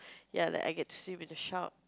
ya like I get to swim with the shark